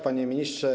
Panie Ministrze!